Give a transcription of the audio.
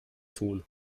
tun